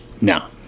No